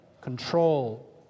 control